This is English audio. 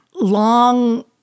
long